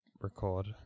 record